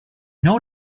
know